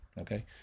okay